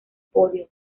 podio